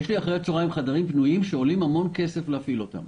יש לי אחרי הצוהריים חדרים פנויים שעולה המון כסף להפעיל אותם.